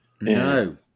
No